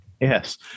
Yes